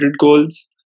goals